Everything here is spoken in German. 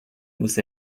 muss